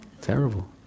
Terrible